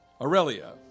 Aurelia